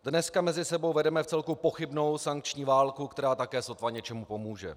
Dneska mezi sebou vedeme vcelku pochybnou sankční válku, která také sotva něčemu pomůže.